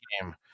game